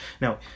Now